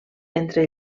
entre